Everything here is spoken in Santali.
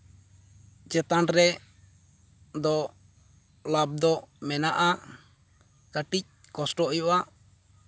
ᱪᱮᱛᱟᱱ ᱨᱮᱫᱚ ᱞᱟᱵᱷ ᱫᱚ ᱢᱮᱱᱟᱜᱼᱟ ᱠᱟᱹᱴᱤᱡ ᱠᱚᱥᱴᱚᱜ ᱦᱩᱭᱩᱜᱼᱟ